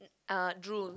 uh drool